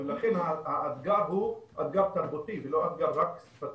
לכן האתגר הוא אתגר תרבותי ולא רק אתגר שפתי.